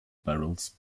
barrels